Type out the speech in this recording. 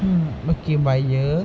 mm okay by year